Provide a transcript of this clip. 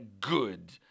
good